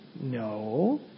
No